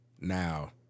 Now